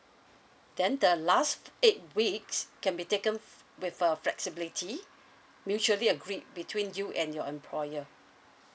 then the last eight weeks can be taken with a flexibility mutually agreed between you and your employer